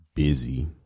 busy